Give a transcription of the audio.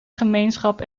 gemeenschap